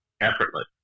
effortless